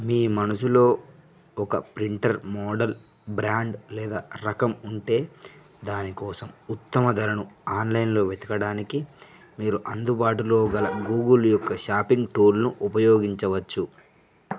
మీ మనసులో ఒక printer model brand లేదా రకం ఉంటే దాని కోసం ఉత్తమ ధరను ఆన్లైన్లో వెతకడానికి మీరు అందుబాటులో గల గూగుల్ యొక్క షాపింగ్ టూల్ను ఉపయోగించవచ్చు